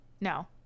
no